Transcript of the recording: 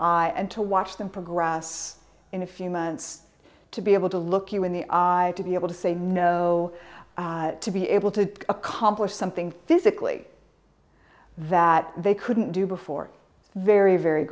eye and to watch them progress in a few months to be able to look you in the eye to be able to say no to be able to accomplish something physically that they couldn't do before very very